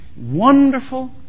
wonderful